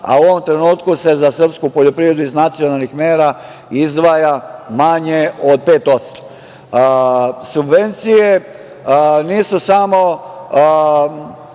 a u ovom trenutku se za srpsku poljoprivredu iz nacionalnih mera izdvaja manje od 5%.Subvencije nisu samo